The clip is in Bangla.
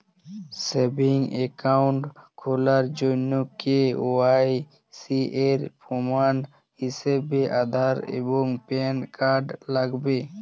সেভিংস একাউন্ট খোলার জন্য কে.ওয়াই.সি এর প্রমাণ হিসেবে আধার এবং প্যান কার্ড লাগবে